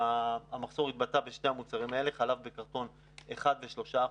המחסור התבטא בשני המוצרים האלה: חלב בקרטון של 1% ו-3%.